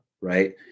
right